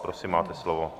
Prosím, máte slovo.